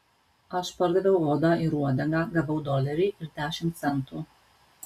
aš pardaviau odą ir uodegą gavau dolerį ir dešimt centų